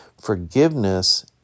Forgiveness